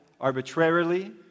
arbitrarily